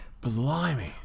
Blimey